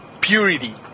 purity